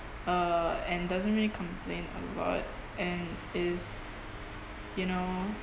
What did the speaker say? uh and doesn't really complain a lot and is you know